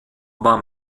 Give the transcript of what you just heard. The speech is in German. war